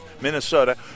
Minnesota